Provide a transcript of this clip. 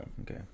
Okay